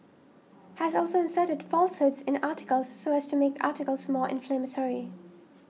has also inserted falsehoods in articles so as to make the articles more inflammatory